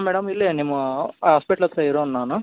madam ಇಲ್ಲೇ ನಿಮ್ಮ hospital ಹತ್ರ ಇರೋನು ನಾನು